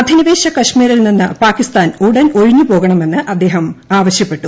അധിനിവേശ കശ്മീരിൽ നിന്ന് പാകിസ്ഥാൻ ഉടൻ ഒഴിഞ്ഞു പോകണമെന്ന് അദ്ദേഹം ആവശ്യപ്പെട്ടു